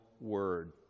word